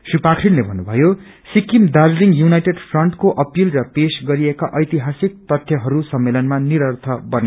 श्री पाखीनले भन्नु भयो सिकिम दार्जीलिङ युनाइटेड फ्रन्टको अपिल र पेश गरिएका ऐतिहासिक तत्थ्यहरू सम्मेलनमा निरर्थ बने